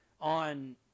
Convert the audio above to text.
on –